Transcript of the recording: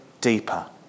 deeper